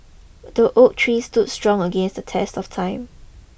the oak tree stood strong against the test of time